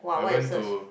I went to